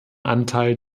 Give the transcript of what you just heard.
anteil